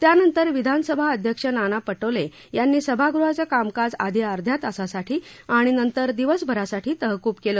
त्यानंतर विधानसभा अध्यक्ष नाना पटोले सभागृहाचं कामकाज आधी अर्ध्या तासासाठी तहकूब आणि नंतर दिवसभरासाठी तहकूब केलं